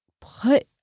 put